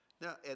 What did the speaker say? Now